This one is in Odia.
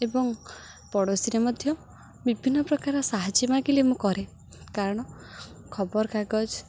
ଏବଂ ପଡ଼ୋଶୀରେ ମଧ୍ୟ ବିଭିନ୍ନ ପ୍ରକାର ସାହାଯ୍ୟ ମାଗିଲେ ମୁଁ କରେ କାରଣ ଖବରକାଗଜ